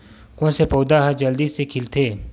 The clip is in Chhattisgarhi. कोन से पौधा ह जल्दी से खिलथे?